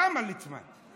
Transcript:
למה, ליצמן?